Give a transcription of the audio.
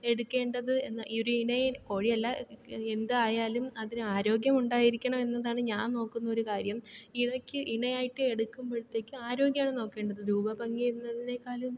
എടുക്കേണ്ടത് എന്ന് ഒരു ഇണയെ കോഴിയല്ല എന്തായാലും അതിന് ആരോഗ്യമുണ്ടായിരിക്കണം എന്നതാണ് ഞാൻ നോക്കുന്നൊരു കാര്യം ഇണക്ക് ഇണയായിട്ട് എടുക്കുമ്പഴത്തേക്കും ആരോഗ്യമാണ് നോക്കേണ്ടത് രൂപ ഭംഗി എന്നതിനെക്കാളും